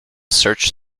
search